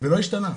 ולא השתנה.